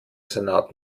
senat